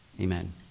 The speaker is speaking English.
Amen